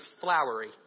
flowery